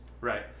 Right